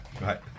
Right